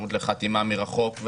אפשרות לחתימה מרחוק,